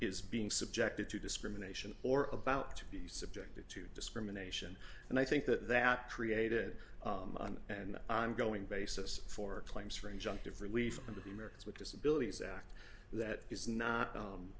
is being subjected to discrimination or about to be subjected to discrimination and i think that that created on an ongoing basis for claims for injunctive relief under the americans with disabilities act that is not